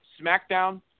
SmackDown